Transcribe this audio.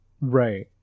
right